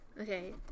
Okay